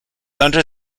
under